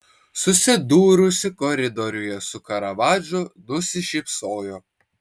susidūrusi koridoriuje su karavadžu nusišypsojo